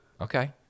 Okay